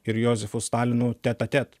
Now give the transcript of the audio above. ir jozifu stalinu tet a tet